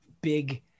big